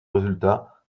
résultats